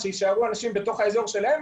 שיישארו אנשים באזור שלהם,